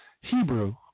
Hebrew